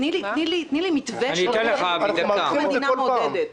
תני לי מתווה של רכבים שהמדינה מעודדת.